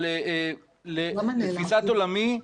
אבל לתפיסת עולמי,